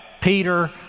Peter